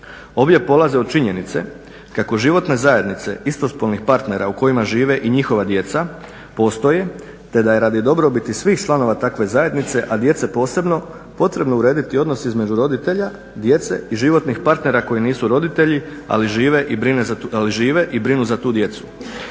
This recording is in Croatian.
Obje polaze od činjenice kako životna zajednice istospolnih partnera u kojima žive i njihova djeca postoje te da je radi dobrobiti svih članova takve zajednice a djece posebno potrebno urediti odnos između roditelja, djece i životnih partnera koji nisu roditelji ali žive i brinu za tu djecu.